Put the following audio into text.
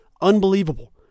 unbelievable